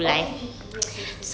okay okay okay yes yes yes